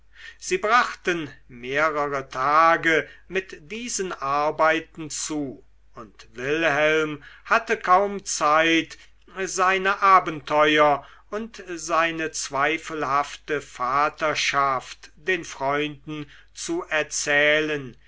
sie brachten mehrere tage mit diesen arbeiten zu und wilhelm hatte kaum zeit seine abenteuer und seine zweifelhafte vaterschaft den freunden zu erzählen